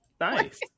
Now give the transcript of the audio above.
Nice